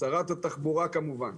שרת התחבורה כמובן,